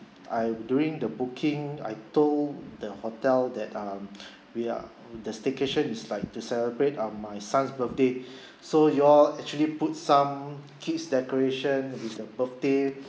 I during the booking I told the hotel that um we uh the staycation is like to celebrate uh my son's birthday so you all actually put some kid's decorations with the birthday